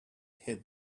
hid